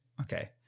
okay